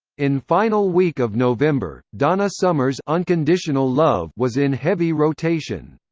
in final week of november, donna summer's unconditional love was in heavy rotation.